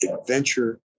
adventure